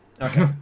Okay